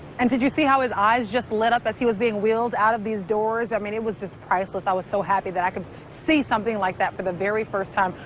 and did you see how his eyes just lit up as he was being wheeled out of these doors. i mean it was just priceless, i was so happy that i could see something like that for the very first time,